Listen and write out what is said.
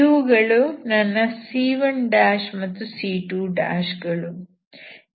ಇವುಗಳು ನನ್ನ c1 ಮತ್ತು c2 ಗಳು